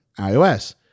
iOS